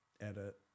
edit